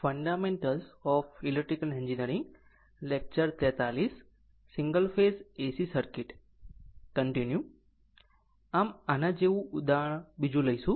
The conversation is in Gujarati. આમ આ આના જેવું બીજું ઉદાહરણ લઈશું